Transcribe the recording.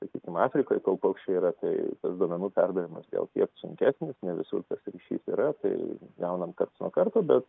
sakykim afrikoj kol paukščiai yra tai tas duomenų perdavimas gal kiek sunkesnis ne visur tas ryšis yra tai gaunam karts nuo karto bet